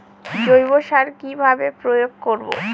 জৈব সার কি ভাবে প্রয়োগ করব?